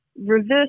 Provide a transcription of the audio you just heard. reverse